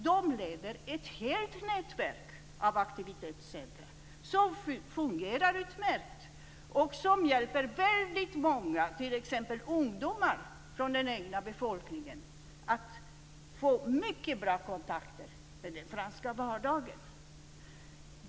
De leder ett helt nätverk av aktivitetscentrum som fungerar utmärkt och som hjälper väldigt många, t.ex. ungdomar från den egna befolkningen, att få mycket bra kontakter med den franska vardagen.